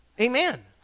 Amen